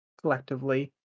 collectively